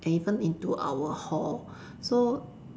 and even into our hall so